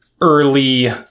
early